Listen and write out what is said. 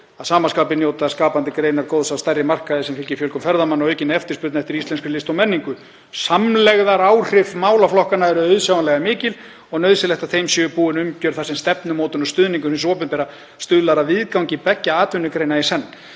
Að sama skapi njóta skapandi greinar góðs af stærri markaði sem fylgir fjölgun ferðamanna og aukinni eftirspurn eftir íslenskri list og menningu. Samlegðaráhrif málaflokkanna eru auðsjáanlega mikil og nauðsynlegt að þeim sé búin umgjörð þar sem stefnumótun og stuðningur hins opinbera stuðlar að viðgangi beggja atvinnugreina í senn.“